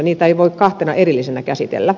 niitä ei voi kahtena erillisenä käsitellä